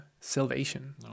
salvation